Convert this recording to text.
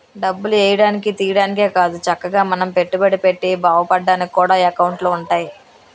డబ్బులు ఎయ్యడానికి, తియ్యడానికే కాదు చక్కగా మనం పెట్టుబడి పెట్టి బావుపడ్డానికి కూడా ఎకౌంటులు ఉంటాయి